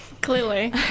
Clearly